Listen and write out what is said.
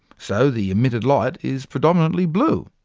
so the emitted light is predominately blue.